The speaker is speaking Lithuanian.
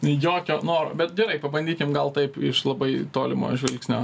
jokio noro bet gerai pabandykim gal taip iš labai tolimo žvilgsnio